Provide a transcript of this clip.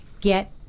Get